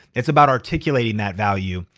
it's about articulating that value,